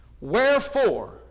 Wherefore